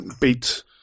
beat